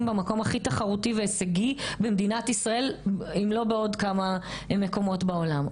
במקום הכי תחרותי והישגי במדינת ישראל אם לא בעוד כמה מקומות בעולם.